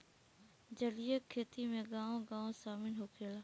जलीय खेती में गाँव गाँव शामिल होखेला